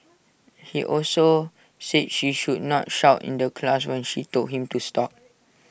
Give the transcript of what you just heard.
he also said she should not shout in the class when she told him to stop